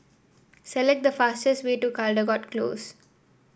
select the fastest way to Caldecott Close